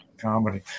comedy